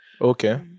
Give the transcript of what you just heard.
okay